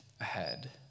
ahead